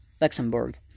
Luxembourg